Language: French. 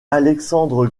alexandre